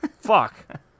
Fuck